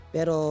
Pero